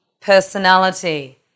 personality